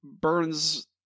Burns